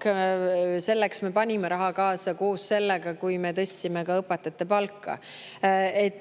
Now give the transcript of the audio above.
jaoks me panime raha kaasa koos sellega, kui me tõstsime õpetajate palka.